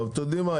אתם יודעים מה?